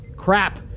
Crap